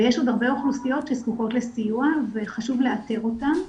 ויש עוד הרבה אוכלוסיות שזקוקות לסיוע וחשוב לאתר אותן.